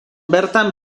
bertan